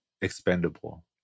expendable